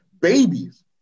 babies